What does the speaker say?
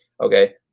Okay